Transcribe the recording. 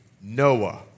Noah